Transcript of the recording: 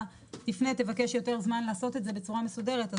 היא תפנה ותבקש לעשות את זה בצורה קצת יותר מסודרת,